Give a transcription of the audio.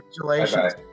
Congratulations